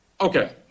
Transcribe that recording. Okay